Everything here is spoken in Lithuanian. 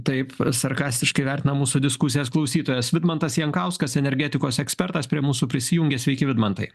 taip sarkastiškai vertina mūsų diskusijos klausytojas vidmantas jankauskas energetikos ekspertas prie mūsų prisijungė sveiki vidmantai